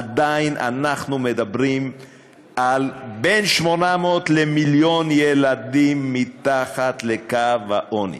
עדיין אנחנו מדברים על בין 800,000 למיליון ילדים מתחת לקו העוני,